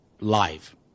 live